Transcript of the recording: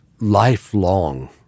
lifelong